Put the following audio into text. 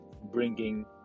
bringing